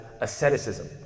asceticism